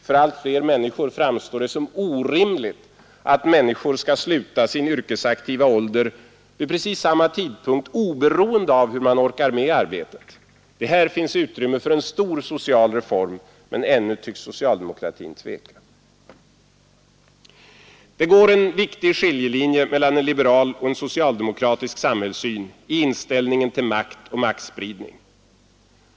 För allt fler människor framstår det som orimligt att alla skall sluta sin yrkesaktiva period vid en och samma ålder, oberoende av hur man orkar med arbetet. Här finns utrymme för en stor social reform, men ännu tycks socialdemokratin tveka. Det går en viktig skiljelinje mellan en liberal och en socialdemokratisk samhällssyn i inställningen till makt och maktspridning.